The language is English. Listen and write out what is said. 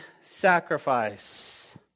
sacrifice